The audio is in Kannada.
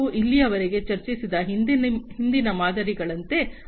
ಆದ್ದರಿಂದ ನಾವು ಇಲ್ಲಿಯವರೆಗೆ ಚರ್ಚಿಸಿದ ಹಿಂದಿನ ಮಾದರಿಗಳಂತೆ